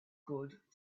good